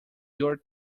your